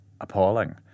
appalling